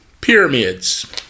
pyramids